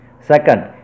Second